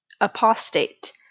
apostate